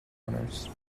runners